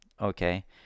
Okay